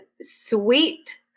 sweet